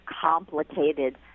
complicated